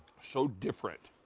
so different.